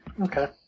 Okay